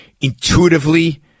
intuitively